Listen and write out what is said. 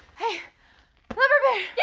hey lumber baron. yeah